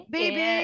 Baby